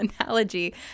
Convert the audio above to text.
analogy